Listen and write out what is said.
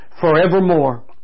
forevermore